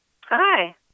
Hi